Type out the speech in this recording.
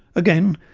again,